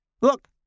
Look